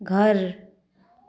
घर